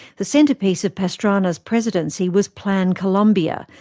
the centrepiece of pastrana's presidency was plan colombia,